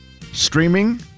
streaming